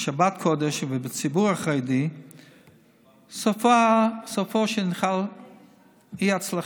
בשבת קודש ובציבור החרדי סופו שינחל אי-הצלחה.